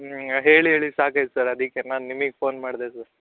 ಹ್ಞೂ ಹೇಳಿ ಹೇಳಿ ಸಾಕಾಯ್ತು ಸರ್ ಅದಕ್ಕೆ ನಾನು ನಿಮಿಗೆ ಫೋನ್ ಮಾಡಿದೆ ಸರ್